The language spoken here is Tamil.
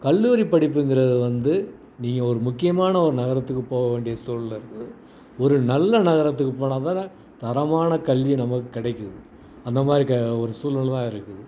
கல்லூரி படிப்புங்கிறது வந்து நீங்கள் ஒரு முக்கியமான ஒரு நகரத்துக்கு போக வேண்டிய சூழ்நிலை இருக்குது ஒரு நல்ல நகரத்துக்கு போனோம்னாதான் தரமான கல்வி நமக்கு கிடைக்கிது அந்தமாதிரி க ஒரு சூழ்நிலைதான் இருக்குது